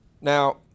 Now